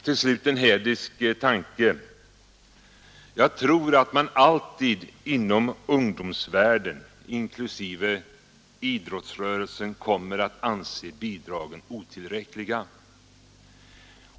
Och nu en hädisk tanke: Jag tror att man alltid inom ungdomsvärlden, inklusive idrottsrörelsen, kommer att anse bidragen otillräckliga.